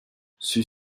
ceux